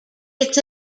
its